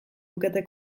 lukete